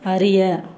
அறிய